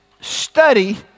study